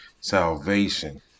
salvation